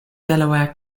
delaware